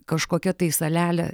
kažkokia tai salelė